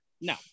No